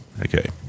Okay